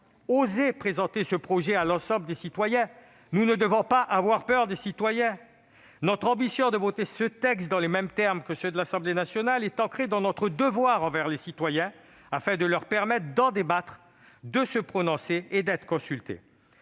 Osons présenter ce projet à l'ensemble des citoyens ; n'ayons pas peur d'eux. Notre ambition de voter ce texte dans les mêmes termes que ceux de l'Assemblée nationale est ancrée dans notre devoir envers les citoyens, afin de leur permettre de débattre, de se prononcer et d'être consultés.